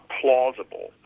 plausible